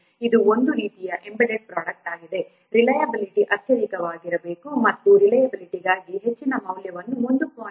ಇದು ಒಂದು ರೀತಿಯ ಎಂಬೆಡೆಡ್ ಪ್ರಾಡಕ್ಟ್ ಆಗಿದೆ ರಿಲಯಬಿಲಿಟಿ ಅತ್ಯಧಿಕವಾಗಿರಬೇಕು ಮತ್ತು ರಿಲಯಬಿಲಿಟಿಗಾಗಿ ಹೆಚ್ಚಿನ ಮೌಲ್ಯವು 1